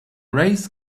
race